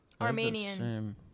Armenian